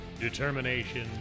determination